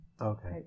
Okay